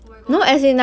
oh my god